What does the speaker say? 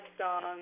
song